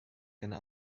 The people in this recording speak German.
gerne